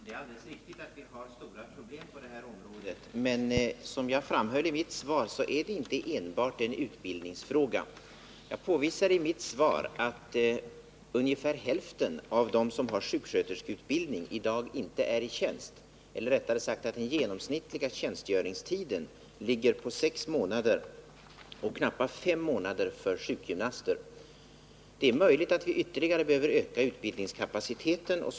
Herr talman! Det är alldeles riktigt att vi har stora problem på det här området, men som jag framhöll i mitt svar är det inte enbart en utbildningsfråga. Jag påvisade i mitt svar att ungefär hälften av dem som har sjuksköterskeutbildning i dag inte är i tjänst, eller rättare sagt att den genomsnittliga tjänstgöringstiden ligger på sex månader och knappt fem månader för sjukgymnaster. Det är möjligt att vi behöver öka utbildningskapaciteten ytterligare.